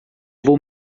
vou